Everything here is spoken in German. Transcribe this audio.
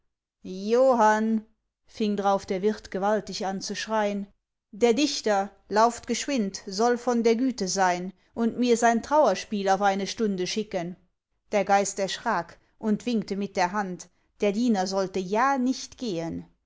johann fing drauf der wirt gewaltig an zu schrein der dichter lauft geschwind soll von der güte sein und mir sein trauerspiel auf eine stunde schicken der geist erschrak und winkte mit der hand der diener sollte ja nicht gehen